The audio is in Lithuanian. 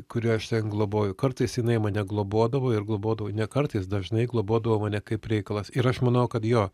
kurį aš ten globoju kartais jinai mane globodavo ir globodavo ne kartais dažnai globodavo mane kaip reikalas ir aš manau kad jo